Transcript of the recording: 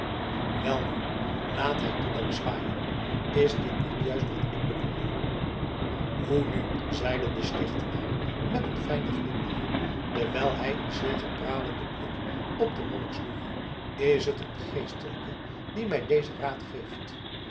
welnu laat hij die dan zwaaien is dit niet juist wat ik bedoelde hoe nu zeide de stichtenaar met een fijnen glimlach terwijl hij een zegepralenden blik op den monnik sloeg is het een geestelijke die mij dezen raad geeft